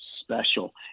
special